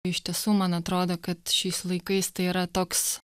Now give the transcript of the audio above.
iš tiesų man atrodo kad šiais laikais tai yra toks